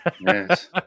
Yes